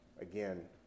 again